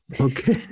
Okay